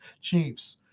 Chiefs